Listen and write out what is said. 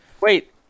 Wait